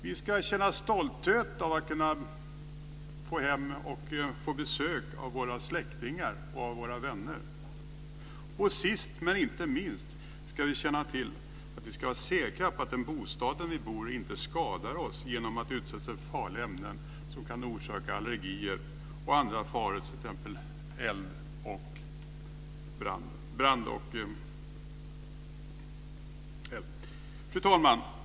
Vi ska känna stolthet när vi får hem på besök våra släktingar och vänner. Och sist men inte minst ska vi känna oss säkra på att den bostad som vi bor i inte skadar oss genom att vi utsätts för farliga ämnen som kan orsaka allergier och andra faror som el och brandskador. Fru talman!